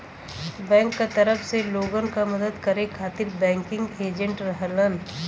bank क तरफ से लोगन क मदद करे खातिर बैंकिंग एजेंट रहलन